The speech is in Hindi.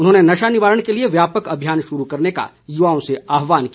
उन्होंने नशा निवारण के लिए व्यापक अभियान शुरू करने का युवाओं से आह्वान किया